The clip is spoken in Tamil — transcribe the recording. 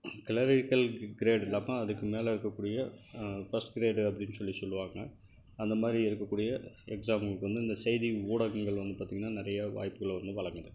கெலரிக்கல் க்ரேட் இல்லாமல் அதுக்கு மேலே இருக்கக்கூடிய ஃபஸ்ட் க்ரேடு அப்படின்னு சொல்லி சொல்லுவாங்க அந்த மாதிரி இருக்கக்கூடிய எக்ஸாமுக்கு இந்த செய்தி ஊடகங்கள் வந்து பார்த்திங்கன்னா நிறையா வாய்ப்புகளை வந்து வழங்குது